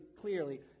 clearly